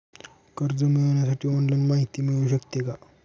कर्ज मिळविण्यासाठी ऑनलाईन माहिती मिळू शकते का?